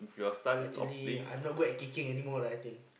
actually I'm not good at kicking anymore lah I think